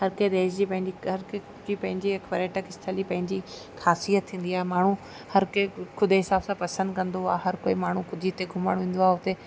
हर कंहिं देश जी पंहिंजी हर कंहिंजी पंहिंजी पर्यटक स्थली पंहिंजी ख़ासियत थींदी आहे माण्हू हर कंहिं ख़ुदिजे हिसाब सां पसंदि कंदो आहे हर कोई माण्हू जिते घुमणु वेंदो आहे हुते